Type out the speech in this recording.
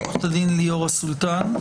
עורכת הדין ליאורה סולטן,